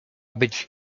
być